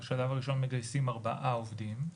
בשלב הראשון מגייסים ארבעה עובדים.